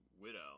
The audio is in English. widow